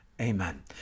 Amen